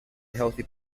healthy